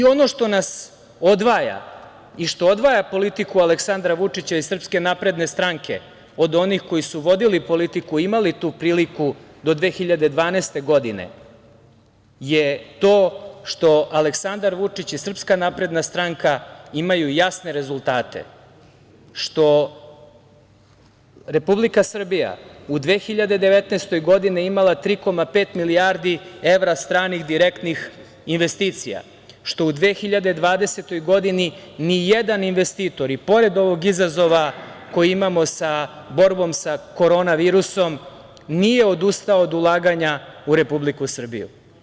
Ono što nas odvaja i što odvaja politiku Aleksandra Vučića i SNS od onih koji su vodili politiku i imali tu priliku do 2012. godine je to što Aleksandar Vučić i SNS imaju jasne rezultate, što je Republika Srbija u 2019. godine imala pet milijardi evra stranih direktnih investicija, što u 2020. godini ni jedan investitor i pored ovog izazova koji imamo, borbom sa korona virusom, nije odustao od ulaganja u Republiku Srbiju.